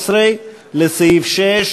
13 לסעיף 6,